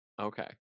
okay